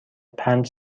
پنج